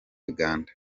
uganda